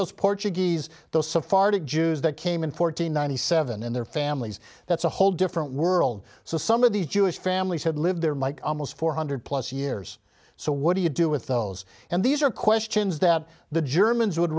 those portuguese those sephardic jews that came in fourteen ninety seven in their families that's a whole different world so some of these jewish families had lived there mike almost four hundred plus years so what do you do with those and these are questions that the germans would